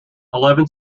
eleven